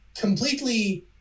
completely